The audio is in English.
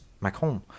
Macron